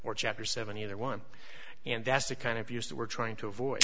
or chapter seven either one and that's the kind of use that we're trying to avoid